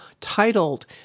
titled